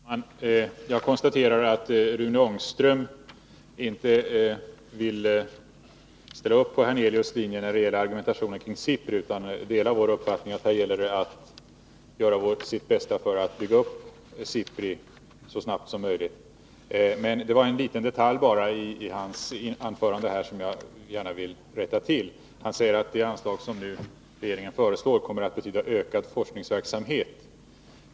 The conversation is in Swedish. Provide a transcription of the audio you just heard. Herr talman! Jag konstaterar att Rune Ångström inte vill ställa upp för Allan Hernelius linje när det gäller argumentationen kring SIPRI, utan han delar vår uppfattning att det gäller att göra sitt bästa för att bygga upp SIPRI så snabbt som möjligt. Det var bara en liten detalj i Rune Ångströms anförande som jag gärna vill rätta till. Han säger att det anslag som regeringen nu föreslår kommer att betyda ökad forskningsverksamhet.